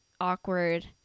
awkward